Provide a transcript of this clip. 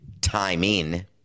timing